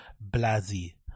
Blasi